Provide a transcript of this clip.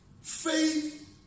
faith